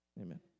Amen